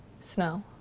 snow